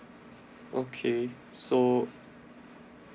okay so